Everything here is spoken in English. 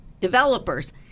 developers